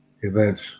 events